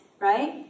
Right